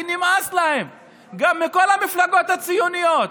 כי נמאס להם מכל המפלגות הציוניות,